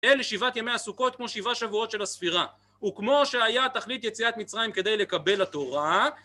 אלה שבעת ימי הסוכות כמו שבעה שבועות של הספירה. וכמו שהיה תכלית יציאת מצרים כדי לקבל התורה